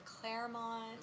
Claremont